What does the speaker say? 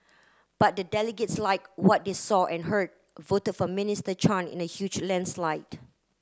but the delegates like what they saw and heard voted for Minister Chan in a huge landslide